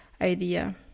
idea